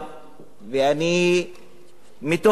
ומתוך ידיעה מהשטח,